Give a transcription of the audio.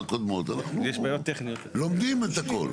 אנחנו לומדים את הכל.